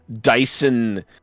Dyson